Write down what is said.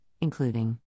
including